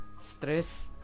stress